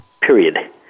period